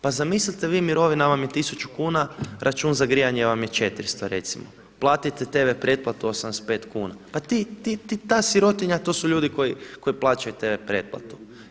Pa zamislite vi mirovina vam je 1000 kuna, račun za grijanje vam je 400 recimo, platite tv pretplatu 85 kuna, pa ta sirotinja, to su ljudi koji plaćaju tv pretplatu.